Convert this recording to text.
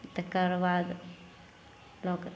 तकर बाद लोक